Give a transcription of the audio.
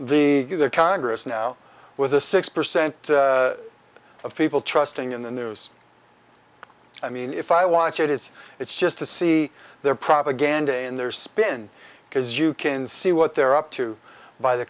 the congress now with the six percent of people trusting in the news i mean if i watch it it's it's just to see their propaganda in their spin because you can see what they're up to by the